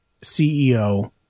CEO